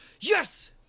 Yes